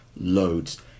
loads